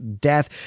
Death